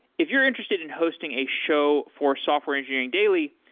if you're interested in hosting a show for software engineering daily,